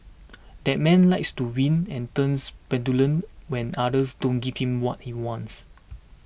that man likes to win and turns petulant when others don't give him what he wants